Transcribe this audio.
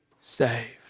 saved